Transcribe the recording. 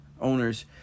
owners